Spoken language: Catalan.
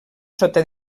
sota